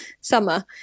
summer